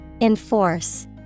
Enforce